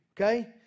okay